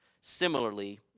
similarly